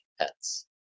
pets